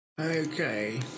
okay